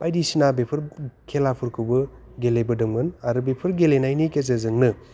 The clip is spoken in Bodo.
बायदिसिना बेफोर खेलाफोरखौबो गेलेबोदोंमोन आरो बेफोर गेलेनायनि गेजेरजोंनो